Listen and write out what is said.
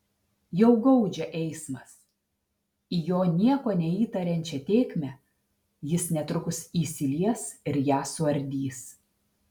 jau gaudžia eismas į jo nieko neįtariančią tėkmę jis netrukus įsilies ir ją suardys